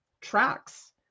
tracks